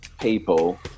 people